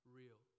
real